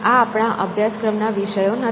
આ આપણા અભ્યાસક્રમના વિષયો નથી